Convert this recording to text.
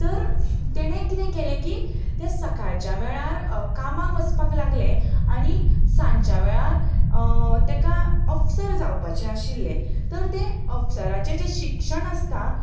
तर ताणें कितें केलें की तें सकाळच्या वेळार कामांक वचपाक लागलें आनी सांच्या वेळार ताका अप्सर जावपाचें आशिल्लें तर तें अप्सराचें जें शिक्षण आसता